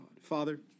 Father